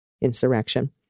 insurrection